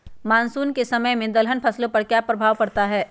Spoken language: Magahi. मानसून के समय में दलहन फसलो पर क्या प्रभाव पड़ता हैँ?